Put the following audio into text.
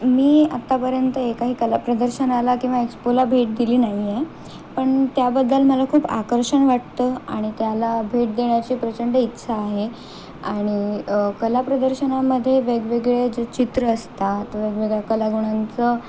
मी आत्तापर्यंत एकाही कला प्रदर्शनाला किंवा एक्सपोला भेट दिली नाही आहे पण त्याबद्दल मला खूप आकर्षण वाटतं आणि त्याला भेट देण्याची प्रचंड इच्छा आहे आणि कला प्रदर्शनामध्ये वेगवेगळे जे चित्र असतात वेगवेगळ्या कलागुणांचं